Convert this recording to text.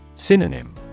Synonym